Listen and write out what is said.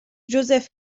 josef